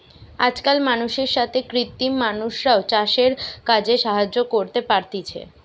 আজকাল মানুষের সাথে কৃত্রিম মানুষরাও চাষের কাজে সাহায্য করতে পারতিছে